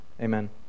Amen